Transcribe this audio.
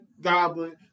goblin